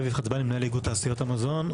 אביב חצבני, מנהל איגוד תעשיות המזון.